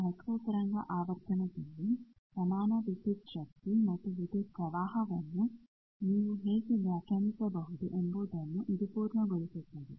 ಮೈಕ್ರೋತರಂಗ ಆವರ್ತನದಲ್ಲಿ ಸಮಾನ ವಿದ್ಯುತ್ ಶಕ್ತಿ ಮತ್ತು ವಿದ್ಯುತ್ ಪ್ರವಾಹವನ್ನು ನೀವು ಹೇಗೆ ವ್ಯಾಖ್ಯಾನಿಸಬಹುದು ಎಂಬುದನ್ನೂ ಇದು ಪೂರ್ಣಗೊಳಿಸುತ್ತದೆ